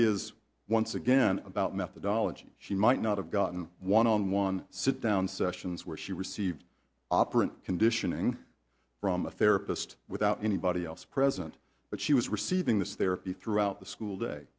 is once again about methodology she might not have gotten one on one sit down sessions where she received operant conditioning from a therapist without anybody else present but she was receiving this therapy throughout the school day